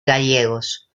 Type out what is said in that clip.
gallegos